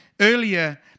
earlier